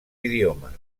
idiomes